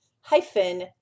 hyphen